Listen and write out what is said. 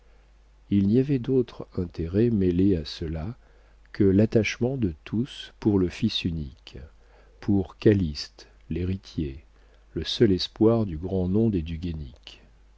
il n'y avait d'autre intérêt mêlé à ceux-là que l'attachement de tous pour le fils unique pour calyste l'héritier le seul espoir du grand nom des du